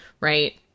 right